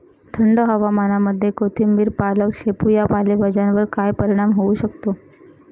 थंड हवामानामध्ये कोथिंबिर, पालक, शेपू या पालेभाज्यांवर काय परिणाम होऊ शकतो?